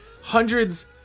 hundreds